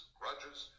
grudges